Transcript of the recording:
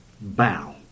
Bow